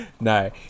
No